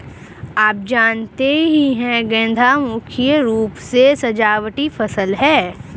आप जानते ही है गेंदा मुख्य रूप से सजावटी फसल है